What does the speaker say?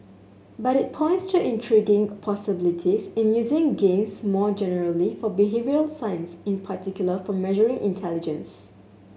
but it points to intriguing possibilities in using games more generally for behavioural science in particular for measuring intelligence